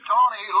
Tony